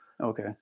Okay